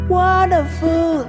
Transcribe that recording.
wonderful